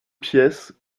pièces